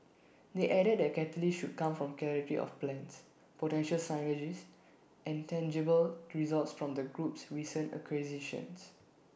they added that catalysts should come from clarity of plans potential synergies and tangible results from the group's recent acquisitions